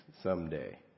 someday